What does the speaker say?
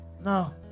No